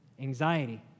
anxiety